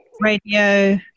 radio